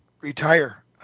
retire